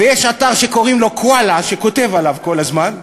ויש אתר שקוראים לו "קוואלה", שכותב עליו כל הזמן.